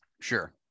sure